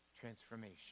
transformation